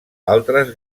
altres